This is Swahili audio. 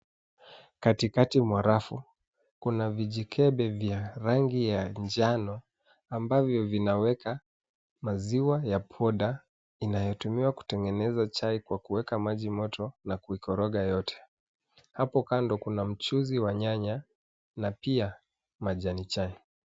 Katikati mwa rafu kuna vijikebe vya rangi ya njano ambavyo vinaweka maziwa ya powder inayotumiwa kutegeneza chai kwa kuweka maji moto na kuikoroga yote. Hapo kando kuna mchuzi wa nyanya na pia majani chai.